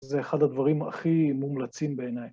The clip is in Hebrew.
זה אחד הדברים הכי מומלצים בעיניי.